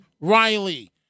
Riley